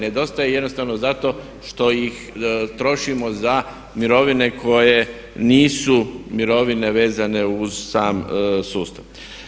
Nedostaje jednostavno zato što ih trošimo za mirovine koje nisu mirovine vezane uz sam sustav.